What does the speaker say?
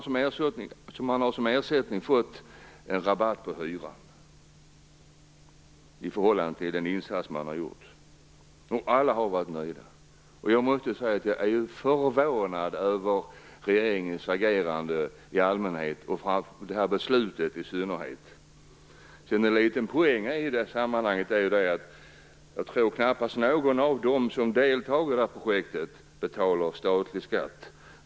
Som ersättning har man fått rabatt på hyran i förhållande till den insats man gjort. Alla har varit nöjda. Jag är förvånad över regeringens agerande i allmänhet och beslutet i synnerhet. En liten poäng i sammanhanget är att knappast någon av dem som deltar i projektet betalar statlig skatt.